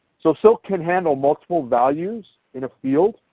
so silk can handle multiple values in a field.